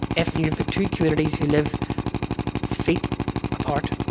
if you've got two communities who live feet apart,